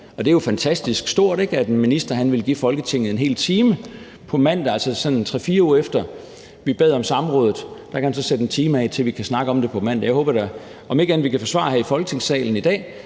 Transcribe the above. det er jo fantastisk stort, at en minister vil give Folketinget en hel time på mandag. Altså, 3-4 uger efter at vi bad om samrådet, kan han så sætte en time af til, at vi kan snakke om det. Jeg håber da om ikke andet, at vi kan få svar her i Folketingssalen i dag